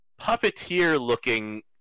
puppeteer-looking